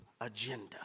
agenda